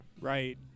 Right